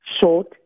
short